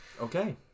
Okay